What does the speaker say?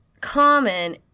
common